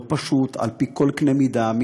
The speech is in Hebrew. לא פשוט על פי כל אמת מידה.